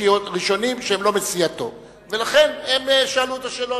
ראשונים, ולכן הם שאלו את השאלות.